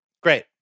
Great